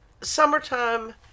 summertime